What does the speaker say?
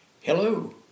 Hello